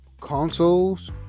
consoles